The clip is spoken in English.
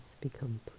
become